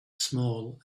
small